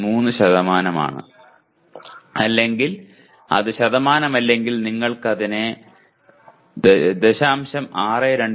3 ആണ് അല്ലെങ്കിൽ അത് ശതമാനമല്ലെങ്കിൽ നിങ്ങൾക്ക് അതിനെ 0